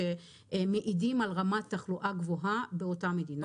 שמעידים על רמת תחלואה גבוהה באותן מדינות.